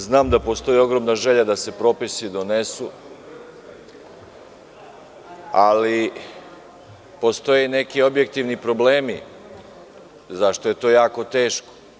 Znam da postoji ogromna želja da se propisi donesu, ali postoje neki objektivni problemi zašto je to jako teško.